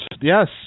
Yes